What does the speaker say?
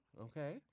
Okay